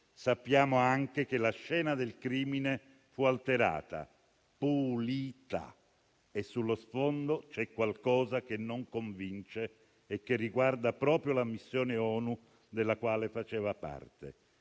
Sappiamo anche che la scena del crimine fu alterata, pulita, e sullo sfondo c'è qualcosa che non convince e che riguarda proprio la missione ONU della quale faceva parte.